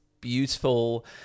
beautiful